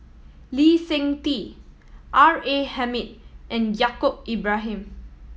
Lee Seng Tee R A Hamid and Yaacob Ibrahim